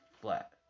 flat